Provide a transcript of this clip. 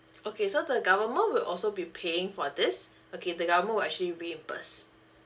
okay so the government would also be paying for this okay the government will actually reimburse